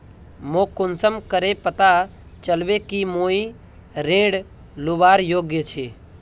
मोक कुंसम करे पता चलबे कि मुई ऋण लुबार योग्य छी?